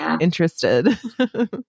interested